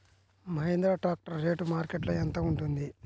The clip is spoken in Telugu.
మహేంద్ర ట్రాక్టర్ రేటు మార్కెట్లో యెంత ఉంటుంది?